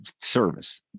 service